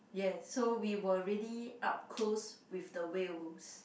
yes so we were really up close with the whales